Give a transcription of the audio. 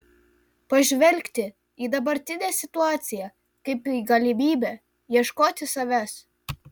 pažvelgti į dabartinę situaciją kaip į galimybę ieškoti savęs